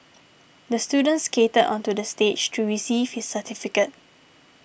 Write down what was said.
the student skated onto the stage to receive his certificate